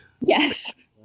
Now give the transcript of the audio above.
Yes